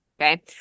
Okay